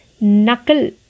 Knuckle